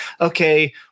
okay